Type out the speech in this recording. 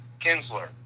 Kinsler